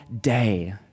day